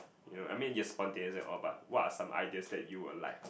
you know I mean you're spontaneous and all but what are some ideas that you would like